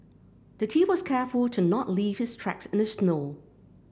the thief was careful to not leave his tracks in the snow